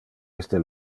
iste